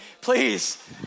Please